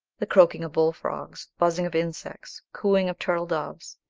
the croaking of bull-frogs, buzzing of insects, cooing of turtle-doves,